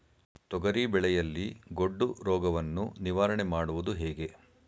ತೊಗರಿ ಬೆಳೆಯಲ್ಲಿ ಗೊಡ್ಡು ರೋಗವನ್ನು ನಿವಾರಣೆ ಮಾಡುವುದು ಹೇಗೆ?